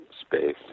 space